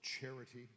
charity